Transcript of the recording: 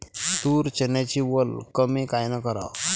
तूर, चन्याची वल कमी कायनं कराव?